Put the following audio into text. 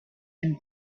him